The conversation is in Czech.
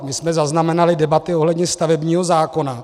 My jsme zaznamenali debaty ohledně stavebního zákona.